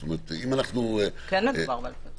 זאת אומרת --- כן מדובר באלפי חשבונות.